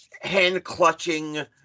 hand-clutching